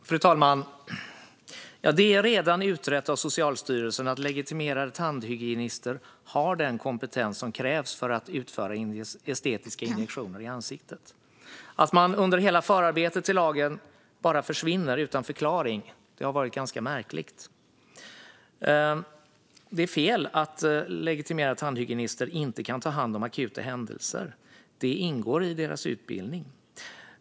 Fru talman! Det är redan utrett av Socialstyrelsen att legitimerade tandhygienister har den kompetens som krävs för att utföra estetiska injektioner i ansiktet. Att de under hela förarbetet till lagen bara försvunnit utan förklaring är ganska märkligt. Det är fel att legitimerade tandhygienister inte kan ta hand om akuta händelser. Det ingår i deras utbildning.